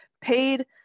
paid